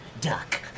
duck